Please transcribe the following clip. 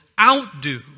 outdo